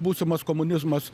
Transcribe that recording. būsimas komunizmas